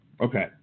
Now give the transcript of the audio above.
Okay